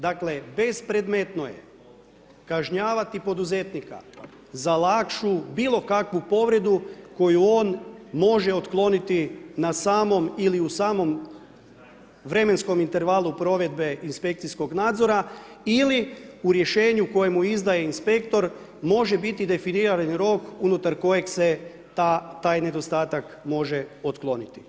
Dakle, bespredmetno je kažnjavati poduzetnika za lakšu bilo kakvu povredu koju on može otkloniti na samom ili u samom vremenskom intervalu provedbe inspekcijskog nadzora ili u rješenju koje mu izdaje inspektor može biti definiran rok unutar koje se taj nedostatak može otkloniti.